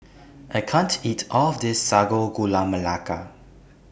I can't eat All of This Sago Gula Melaka